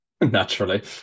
Naturally